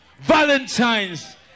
Valentine's